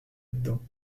dedans